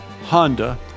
Honda